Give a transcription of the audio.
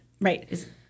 Right